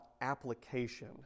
application